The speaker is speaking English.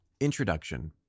Introduction